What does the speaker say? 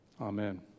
Amen